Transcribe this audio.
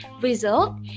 result